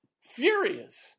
furious